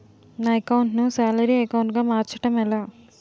నా అకౌంట్ ను salary account గా మార్చటం ఎలా?